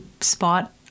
spot